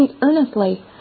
earnestly